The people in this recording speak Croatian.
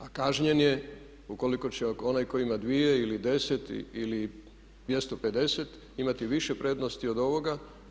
A kažnjen je ukoliko će onaj koji ima 2 ili 10 ili 250 imati više prednosti od ovoga.